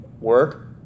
Work